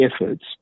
efforts